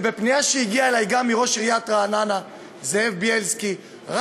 בפנייה שהגיעה אלי גם מראש עיריית רעננה זאב בילסקי הוא